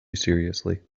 seriously